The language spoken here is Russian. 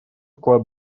вклад